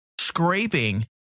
scraping